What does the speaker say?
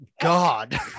god